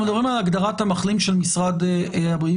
אנחנו מדברים על הגדרת המחלים של משרד הבריאות,